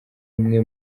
umwe